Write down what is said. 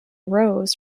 rows